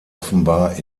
offenbar